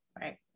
right